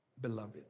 beloved